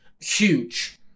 Huge